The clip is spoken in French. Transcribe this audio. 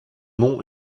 nom